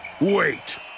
wait